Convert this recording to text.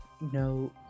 no